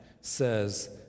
says